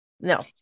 No